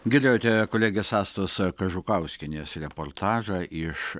girdėjote kolegės astos kažukauskienės reportažą iš